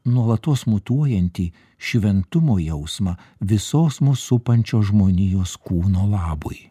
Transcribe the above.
nuolatos mutuojantį šventumo jausmą visos mus supančio žmonijos kūno labui